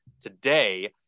today